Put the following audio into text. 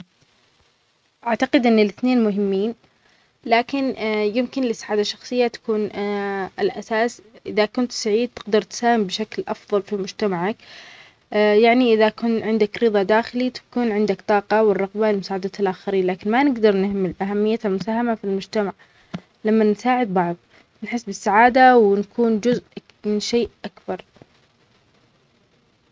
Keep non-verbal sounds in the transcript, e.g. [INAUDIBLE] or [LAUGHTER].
أعتقد ان الإثنين مهمين لكن [HESITATION] يمكن للسعاده الشخصية تكون [HESITATION] الأساس إذا كنت سعيد تقدر تساهم بشكل افضل في مجتمعك يعني اذا كن عندك رضا داخلي تكون عندك طاقة والرغبة لمساعدة الآخرين لك ما نقدر نهمل اهمية المساهمة في المجتمع لما نساعد بعض نحس بالسعادة ونكون جزء من شيء اكبر